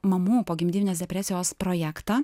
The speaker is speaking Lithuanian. mamų pogimdyminės depresijos projektą